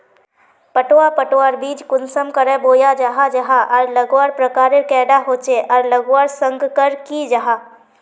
पटवा पटवार बीज कुंसम करे बोया जाहा जाहा आर लगवार प्रकारेर कैडा होचे आर लगवार संगकर की जाहा?